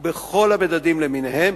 בכל המדדים למיניהם,